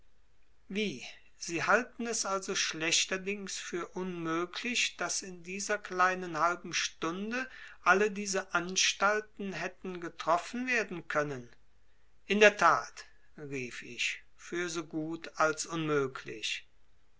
wie sie halten es also schlechterdings für unmöglich daß in dieser kleinen halben stunde alle diese anstalten hätten getroffen werden können in der tat rief ich für so gut als unmöglich